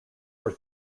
were